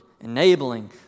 enabling